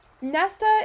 Nesta